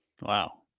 Wow